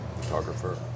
photographer